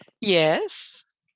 yes